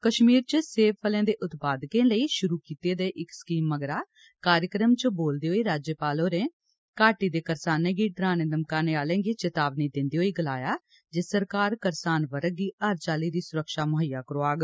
कश्मीर च सेब फले दे उत्पादकें लेई शुरू कीती दी इक स्कीम मगरा कार्यक्रम च बोलदे होई राज्यपाल होरें घाटी दे करसाने गी डराने घमकाने आहले गी चेतावनी दिन्दे होई गलाया जे सरकार करसान वर्ग गी हर चाल्ली दी सुरक्षा मुहैया करोआग